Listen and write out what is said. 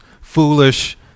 foolish